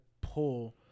pull